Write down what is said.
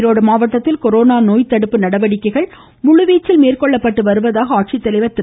ஈரோடு மாவட்டத்தில் கொரோனா நோய் தடுப்பு நடவடிக்கைகள் முழுவீச்சில் மேற்கொள்ளப்பட்டு வருவதாக ஆட்சித்தலைவர் திரு